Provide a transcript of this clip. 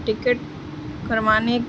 ticket کروانے